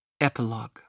Epilogue